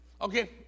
Okay